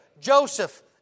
Joseph